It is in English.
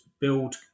build